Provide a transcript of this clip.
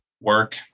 work